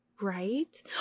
Right